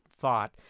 thought